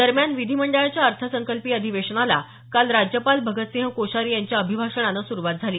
दरम्यान विधीमंडळाच्या अर्थसंकल्पीय अधिवेशनाला काल राज्यपाल भगतसिंह कोश्यारी यांच्या अभिभाषणानं सुरुवात झाली